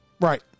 Right